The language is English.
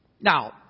Now